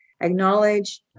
acknowledge